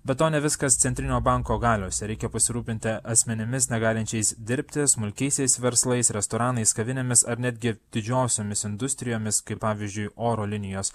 be to ne viskas centrinio banko galiose reikia pasirūpinti asmenimis negalinčiais dirbti smulkiaisiais verslais restoranais kavinėmis ar netgi didžiosiomis industrijomis kaip pavyzdžiui oro linijos